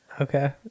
okay